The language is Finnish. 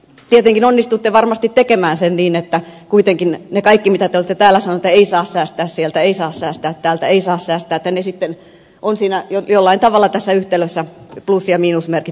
tietenkin onnistutte varmasti tekemään sen niin että kuitenkin ne kaikki mitä te olette täällä sanoneet että ei saa säästää sieltä ei saa säästää täältä ei saa säästää ovat jollain tavalla tässä yhtälössä plus ja miinusmerkit kunnossa